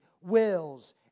wills